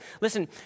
Listen